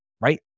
Right